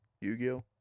Yu-Gi-Oh